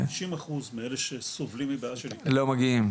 ש-90 אחוז מאלה שסובלים מבעיה של התמכרות - לא מגיעים.